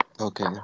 Okay